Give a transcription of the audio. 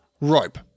Rope